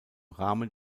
rahmen